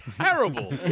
terrible